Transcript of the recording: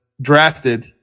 drafted